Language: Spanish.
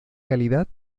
calidad